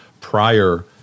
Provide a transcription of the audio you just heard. prior